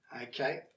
Okay